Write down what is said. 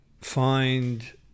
find